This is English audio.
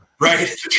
right